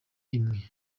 imwe